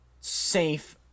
safe